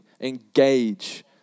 engage